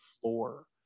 floor